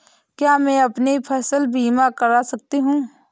क्या मैं अपनी फसल बीमा करा सकती हूँ?